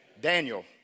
Daniel